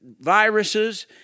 viruses